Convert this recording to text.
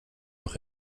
noch